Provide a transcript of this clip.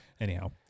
Anyhow